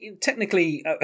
technically